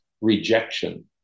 rejection